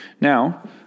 Now